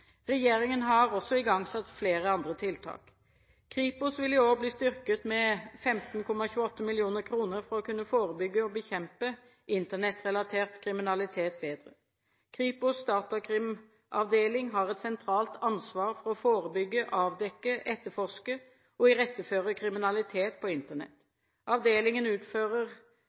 Regjeringen har også igangsatt flere andre tiltak: Kripos vil i år bli styrket med 15,28 mill. kr for å kunne forebygge og bekjempe internettrelatert kriminalitet bedre. Kripos’ datakrimavdeling har et sentralt ansvar for å forebygge, avdekke, etterforske og iretteføre kriminalitet på Internett. Avdelingen utfører